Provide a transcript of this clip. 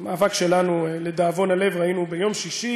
המאבק שלנו, לדאבון הלב, ראינו ביום שישי